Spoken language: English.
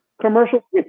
commercial